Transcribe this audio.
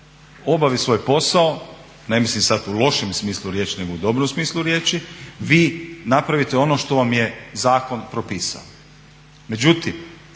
obavi svoj posao, ne mislim sad u lošem smislu riječi nego u dobrom smislu riječi, vi napravite ono što vam je zakon propisao. Međutim,